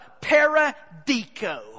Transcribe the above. paradico